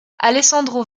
alessandro